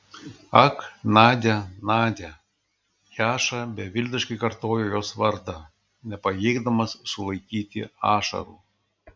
ak nadia nadia jaša beviltiškai kartojo jos vardą nepajėgdamas sulaikyti ašarų